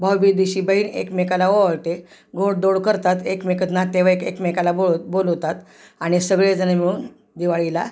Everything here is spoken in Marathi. भाउबीजी दिवशी बहीण एकमेकांना ओवाळते गोडधोड करतात एकमेकात नातेवाईक एकमेकाला बोल बोलवतात आणि सगळेजण मिळून दिवाळीला